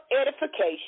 edification